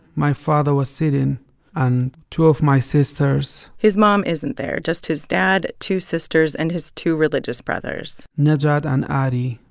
my father was sitting. and two of my sisters. his mom isn't there just his dad, two sisters and his two religious brothers najat and ari,